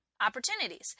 opportunities